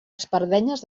espardenyes